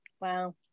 Wow